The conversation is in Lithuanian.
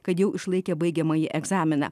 kad jau išlaikė baigiamąjį egzaminą